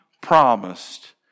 promised